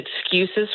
excuses